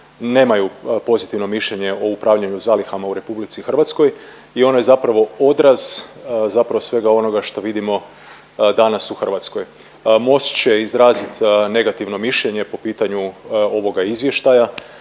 nemaju pozitivno mišljenje o upravljanju zalihama u RH i ono je zapravo odraz zapravo svega onoga šta vidimo danas u Hrvatskoj. Most će izrazit negativno mišljenje po pitanju ovoga izvještaja,